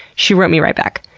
she wrote me right back.